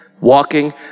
walking